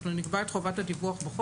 אנחנו נקבע בחוק את חובת הדיווח.